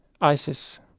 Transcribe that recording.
ISIS